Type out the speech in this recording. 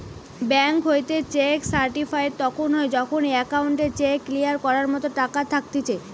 bank হইতে cheque certified তখন হয় যখন অ্যাকাউন্টে চেক ক্লিয়ার করার মতো টাকা থাকতিছে